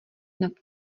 nad